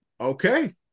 Okay